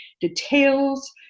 details